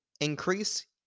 increase